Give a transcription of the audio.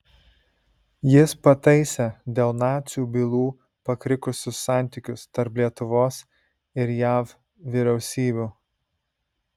jis pataisė dėl nacių bylų pakrikusius santykius tarp lietuvos ir jav vyriausybių